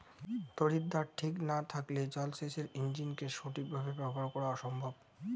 তড়িৎদ্বার ঠিক না থাকলে জল সেচের ইণ্জিনকে সঠিক ভাবে ব্যবহার করা অসম্ভব